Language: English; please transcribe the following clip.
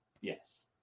Yes